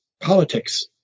politics